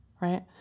right